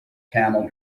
camel